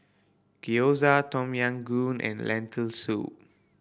Gyoza Tom Yam Goong and Lentil Soup